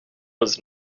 was